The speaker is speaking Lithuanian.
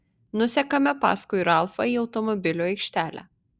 nusekame paskui ralfą į automobilių aikštelę